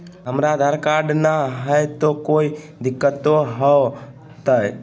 हमरा आधार कार्ड न हय, तो कोइ दिकतो हो तय?